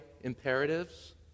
imperatives